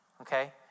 Okay